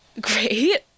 great